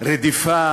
רדיפה